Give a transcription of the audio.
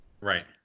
Right